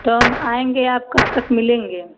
तो हम आएंगे आप कब तक मिलेंगे